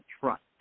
trust